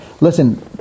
Listen